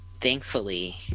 thankfully